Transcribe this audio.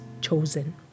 chosen